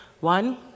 One